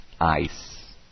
ice